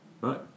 right